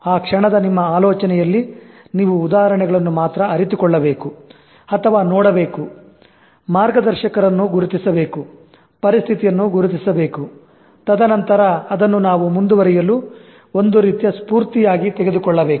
ಆ ಕ್ಷಣದ ನಿಮ್ಮ ಆಲೋಚನೆಯಲ್ಲಿ ನೀವು ಉದಾಹರಣೆಗಳನ್ನು ಮಾತ್ರ ಅರಿತುಕೊಳ್ಳಬೇಕು ಅಥವಾ ನೋಡಬೇಕು ಮಾರ್ಗದರ್ಶಕರನ್ನು ಗುರುತಿಸಬೇಕು ಪರಿಸ್ಥಿತಿಯನ್ನು ಗುರುತಿಸಬೇಕು ತದನಂತರ ಅದನ್ನು ನಾವು ಮುಂದುವರಿಯಲು ಒಂದು ರೀತಿಯ ಸ್ಪೂರ್ತಿಯಾಗಿ ತೆಗೆದುಕೊಳ್ಳಬೇಕು